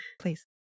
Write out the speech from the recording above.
please